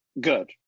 good